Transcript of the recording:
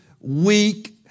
weak